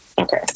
Okay